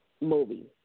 movie